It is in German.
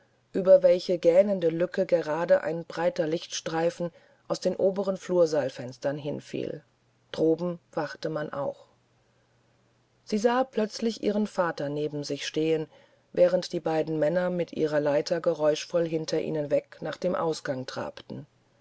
über welche gähnende lücke gerade ein breiter lichtstreifen aus den oberen flursaalfenstern hinlief droben wachte man auch sie sah plötzlich ihren vater neben sich stehen während die beiden männer mit ihrer leiter geräuschvoll hinter ihnen weg nach dem ausgange trabten